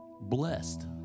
Blessed